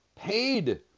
Paid